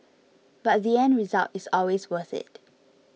but the end result is always worth it